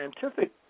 scientific